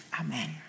amen